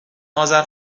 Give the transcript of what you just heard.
اذر